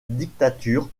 dictature